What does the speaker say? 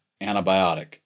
antibiotic